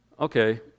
Okay